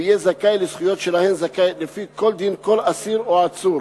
ויהיה זכאי לזכויות שלהן זכאי לפי כל דין כל אסיר או עצור,